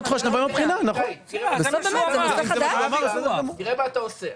תראה מה אתה עושה.